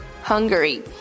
Hungary